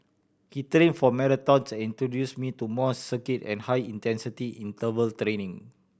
he trill for marathons and introduced me to more circuit and high intensity interval trilling